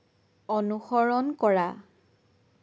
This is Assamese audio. অনুসৰণ কৰা